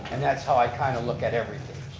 and that's how i kind of look at everything.